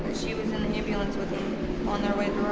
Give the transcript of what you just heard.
she was in the ambulance with him on their way